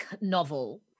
novel